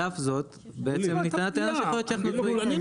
על אף זאת, --- מאיפה אתה